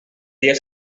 día